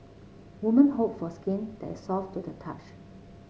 women hope for skin that is soft to the touch